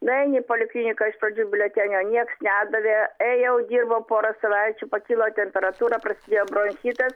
nueini į polikliniką iš pradžių biuletenio nieks nedavė ėjau dirbau porą savaičių pakilo temperatūra prasidėjo bronchitas